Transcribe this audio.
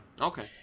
okay